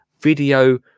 video